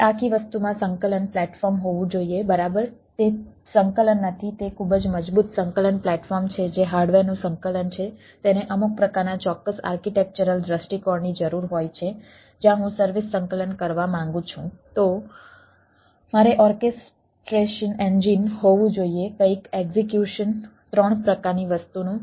હવે આખી વસ્તુમાં સંકલન પ્લેટફોર્મ ત્રણ પ્રકારની વસ્તુનું